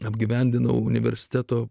apgyvendino universiteto